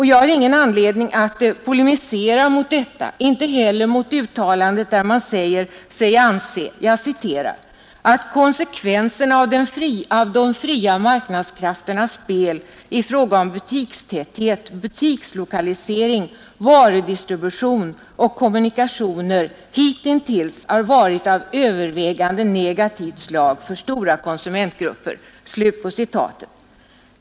Jag har ingen anledning att polemisera mot detta, inte heller mot uttalandet att konsekvenserna av de fria marknadskrafternas spel i fråga om butikstäthet, butikslokalisering, varudistribution och kommunikationer hitintills har varit av övervägande negativt slag för stora konsumentgrupper.